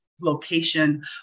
location